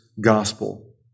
gospel